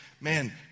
Man